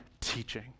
teaching